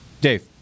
Dave